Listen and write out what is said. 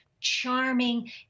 Charming